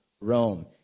Rome